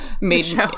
made